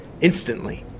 instantly